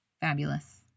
Fabulous